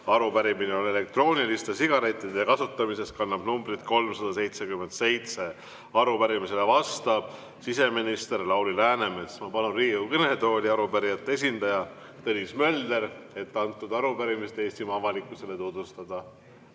Arupärimine on elektrooniliste sigarettide kasutamise kohta ja kannab numbrit 377. Arupärimisele vastab siseminister Lauri Läänemets. Ma palun Riigikogu kõnetooli arupärijate esindaja Tõnis Möldri, et arupärimist Eestimaa avalikkusele tutvustada.